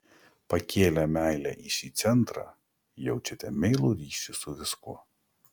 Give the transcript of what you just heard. pakėlę meilę į šį centrą jaučiate meilų ryšį su viskuo